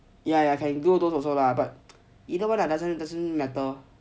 ya ya can do those also lah but either one lah doesn't doesn't matter